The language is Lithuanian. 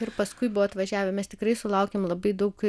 ir paskui buvo atvažiavę mes tikrai sulaukėm labai daug